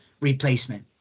replacement